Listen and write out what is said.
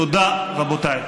תודה, רבותיי.